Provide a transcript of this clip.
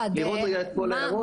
לראות את כל ההערות.